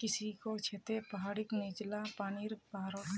किसेकी छतें पहाड़ीर नीचला पानीर बहवार दरक कम कर छे